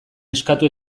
eskatu